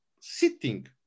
sitting